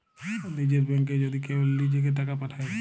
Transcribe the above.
লীযের ব্যাংকে যদি কেউ লিজেঁকে টাকা পাঠায়